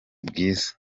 bwiza